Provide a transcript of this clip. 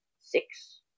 Six